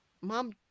mom